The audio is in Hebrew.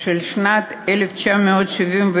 של שנת 1971,